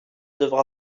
devra